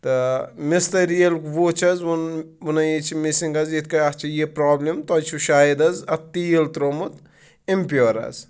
تہٕ مِستٕرۍ ییٚلہِ وُچھِ حظ ووٚنُن ووٚنُن یہِ چھِ مِسِنٛگ حظ یِتھ کٲٹھۍ اَتھ چھِ یہِ پرٛابلِم تۄہِہ چھُ شاید حظ اَتھ تیٖل ترٛومُت اِمپِیٚور حظ